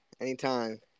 Anytime